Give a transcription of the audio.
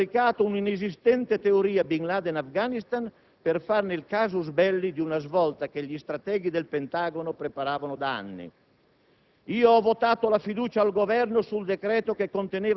Noi siamo quindi in Afghanistan ed in Iraq, in guerra, uccidiamo e siamo uccisi per l'utilizzo menzognero che gli Stati Uniti hanno fatto dell'articolo 5 della Carta dell'ONU,